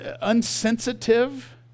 unsensitive